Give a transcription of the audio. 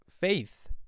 faith